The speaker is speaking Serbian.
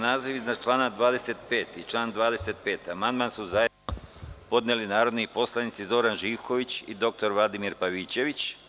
Na naziv iznad člana 25. i član 25. amandman su zajedno podneli narodni poslanici Zoran Živković i dr Vladimir Pavićević.